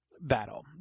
Battle